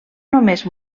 només